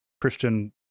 Christian